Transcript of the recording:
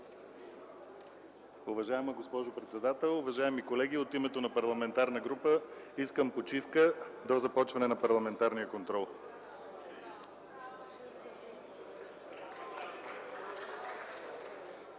Уважаема госпожо председател, уважаеми колеги, от името на Парламентарната група искам почивка до започване на парламентарния контрол.